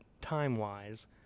time-wise